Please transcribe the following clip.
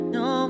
no